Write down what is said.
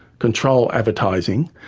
control advertising,